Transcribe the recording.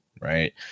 right